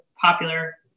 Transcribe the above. popular